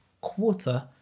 quarter